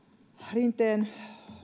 rinteen